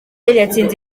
yatsinze